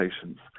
patients